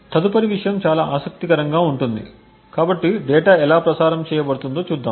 తదుపరి విషయం చాలా ఆసక్తికరంగా ఉంటుంది కాబట్టి డేటా ఎలా ప్రసారం చేయబడుతుందో చూద్దాం